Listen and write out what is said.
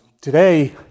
Today